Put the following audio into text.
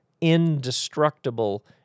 indestructible